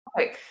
Okay